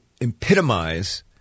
epitomize